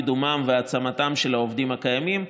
קידומם והעצמתם של העובדים הקיימים,